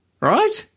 right